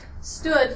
stood